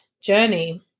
journey